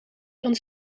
kan